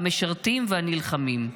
המשרתים והנלחמים.